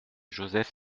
joseph